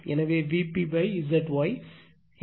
எனவே VP ZY